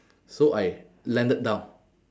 so I landed down